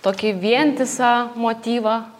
tokį vientisą motyvą